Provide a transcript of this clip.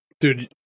dude